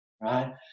right